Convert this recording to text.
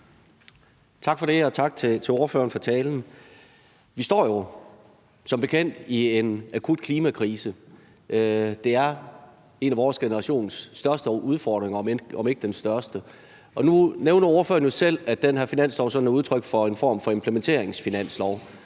Tak for det, og tak til ordføreren for talen. Vi står som bekendt i en akut klimakrise. Det er en af vores generations største udfordringer, om ikke den største. Nu nævner ordføreren jo selv, at det her finanslovsforslag